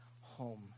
home